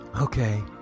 Okay